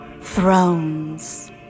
Thrones